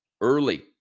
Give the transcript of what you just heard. early